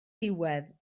diwedd